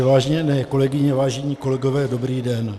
Vážené kolegyně, vážení kolegové, dobrý den.